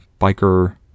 biker